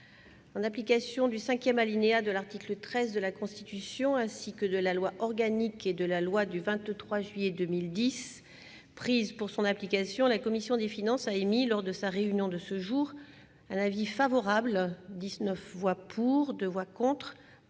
En application du cinquième alinéa de l'article 13 de la Constitution, ainsi que de la loi organique n° 2010-837 et de la loi n° 2010-838 du 23 juillet 2010 prises pour son application, la commission des finances a émis, lors de sa réunion de ce jour, un avis favorable- 19 voix pour, 2 voix contre,